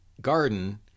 garden